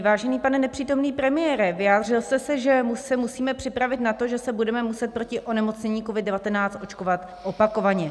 Vážený pane nepřítomný premiére, vyjádřil jste se, že se musíme připravit na to, že se budeme muset proti onemocnění COVID19 očkovat opakovaně.